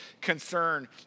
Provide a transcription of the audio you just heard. concern